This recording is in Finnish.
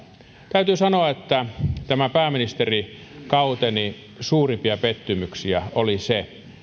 täytyy sanoa että tämän pääministerikauteni suurimpia pettymyksiä on ollut se